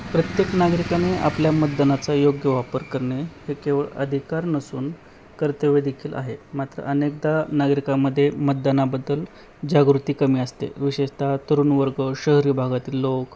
प्रत्येक नागरिकाने आपल्या मतदानाचा योग्य वापर करणे हे केवळ अधिकार नसून कर्तव्यदेखील आहे मात्र अनेकदा नागरिकामध्ये मतदानाबद्दल जागृती कमी असते विशेषतः तरुण वर्ग शहरी भागातील लोक